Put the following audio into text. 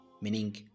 Meaning